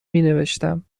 مینوشتم